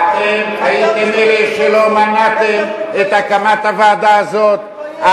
אתם הייתם אלה שלא מנעתם את הקמת הוועדה הזאת.